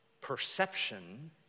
perception